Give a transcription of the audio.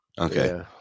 Okay